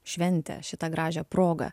šventę šitą gražią progą